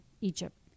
Egypt